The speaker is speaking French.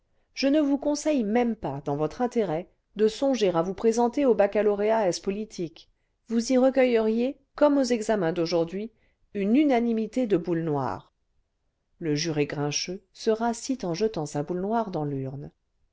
je ne vous conseille même pas dans votre intérêt de songer à vous présenter au baccalauréat es politique vous y recueilleriez comme aux examens d'aujourd'hui une unanimité de boules noires le juré grincheux se rassit en jetant sa boule noire dans l'urne